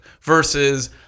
versus